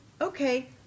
Okay